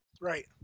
Right